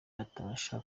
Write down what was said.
batabasha